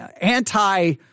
Anti